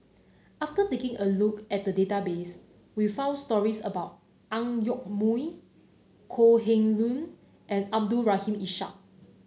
after taking a look at the database we found stories about Ang Yoke Mooi Kok Heng Leun and Abdul Rahim Ishak